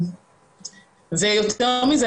ויותר מזה,